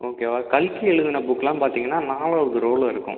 ஓகேவா கல்கி எழுதுன புக்லாம் பார்த்தீங்கன்னா நாலாவது ரோவில இருக்கும்